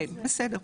בסדר.